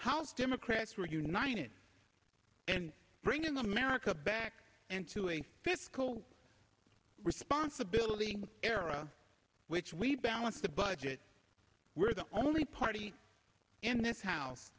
house democrats were uniting it and bringing america back into a fiscal responsibility era which we balanced the budget we're the only party in this house